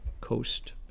Coast